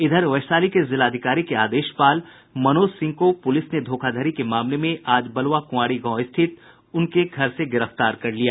इधर वैशाली के जिलाधिकारी के आदेशपाल मनोज सिंह को पुलिस ने धोखाधड़ी के मामले में आज बलवाकुंआरी गांव स्थित उसके घर से गिरफ्तार कर लिया